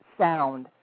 sound